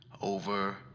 over